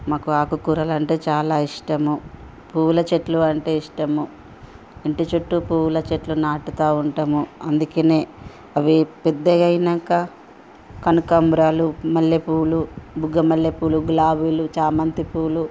మాకు ఆకు కూరలు అంటే చాలా ఇష్టము పూల చెట్లు అంటే ఇష్టము ఇంటి చుట్టూ పూల చెట్లు నాటుతా ఉంటాము అందుకనే అవి పెద్దగా అయినంక కనకాంబరాలు మల్లెపూలు బుగ్గ మల్లెపూలు గులాబీలు చామంతి పూలు